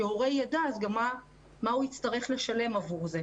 שהורה יידע אז גם מה הוא יצטרך לשלם עבור זה,